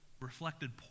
reflected